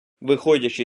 виходячи